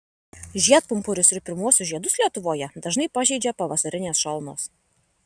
žiedpumpurius ir pirmuosius žiedus lietuvoje dažnai pažeidžia pavasarinės šalnos